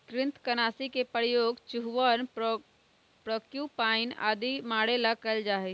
कृन्तकनाशी के प्रयोग चूहवन प्रोक्यूपाइन आदि के मारे ला कइल जा हई